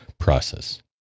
Process